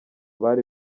bari